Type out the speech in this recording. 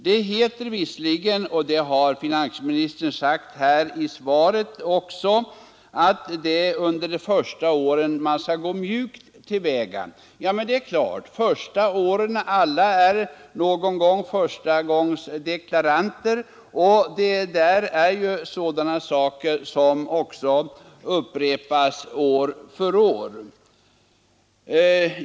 Det heter visserligen — och det har finansministern sagt i svaret också — att man under de första åren skall gå mjukt till väga. Det är klart att man skall göra. Alla är något år förstagångsdeklaranter, och deklarationsavgivandet upprepas ju år från år.